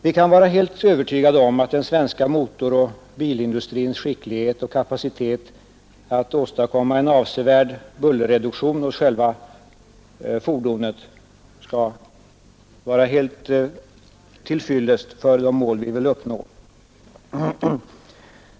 Vi kan vara helt övertygade om att den svenska motoroch bilindustrins skicklighet och kapacitet att åstadkomma en avsevärd bullerreduktion 141 hos själva fordonen är helt till fyllest för de mål vi vill uppnå.